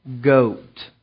goat